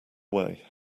away